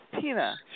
Tina